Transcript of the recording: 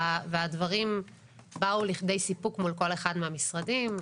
והדברים באו לכדי סיפוק מול כל אחד מהמשרדים.